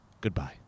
Goodbye